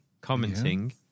commenting